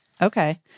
Okay